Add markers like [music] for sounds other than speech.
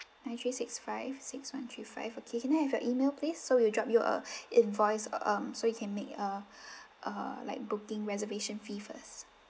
nine three six five six one three five okay can I have your email please so we will drop you a [breath] invoice um so you can make a [breath] a like booking reservation fee first